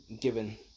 given